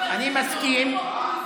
אני מסכים.